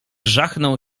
żachnął